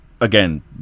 again